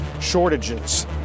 shortages